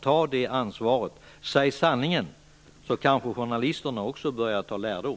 Ta det ansvaret! Och säg sanningen, så kanske också journalisterna börjar att ta lärdom!